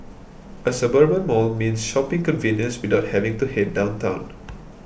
a suburban mall means shopping convenience without having to head downtown